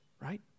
Right